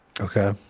Okay